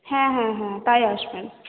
হ্যাঁ হ্যাঁ হ্যাঁ তাই আসবেন